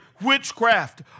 witchcraft